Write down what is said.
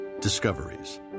discoveries